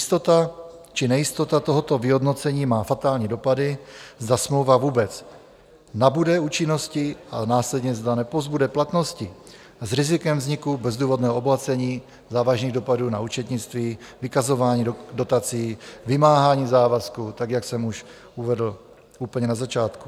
Jistota či nejistota tohoto vyhodnocení má fatální dopady, zda smlouva vůbec nabude účinnosti, a následně zda nepozbude platnosti s rizikem vzniku bezdůvodného obohacení, závažných dopadů na účetnictví, vykazování dotací, vymáhání závazků, tak jak jsem už uvedl úplně na začátku.